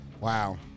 Wow